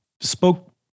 spoke